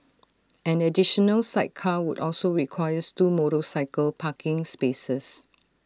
an additional sidecar would also requires two motorcycle parking spaces